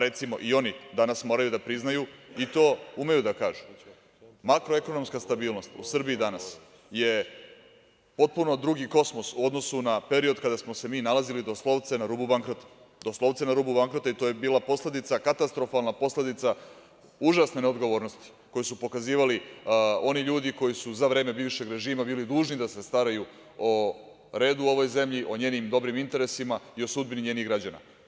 Recimo, i oni danas moraju da priznaju, i to umeju da kažu - makroekonomska stabilnost u Srbiji danas je potpuno drugi kosmos u odnosu na period kada smo se mi nalazili doslovce na rubu bankrota i to je bila posledica, katastrofalna posledica užasne neodgovornosti koju su pokazivali oni ljudi koji su za vreme bivšeg režima bili dužni da se staraju o redu u ovoj zemlji, o njenim dobrim interesima i o sudbini njenih građana.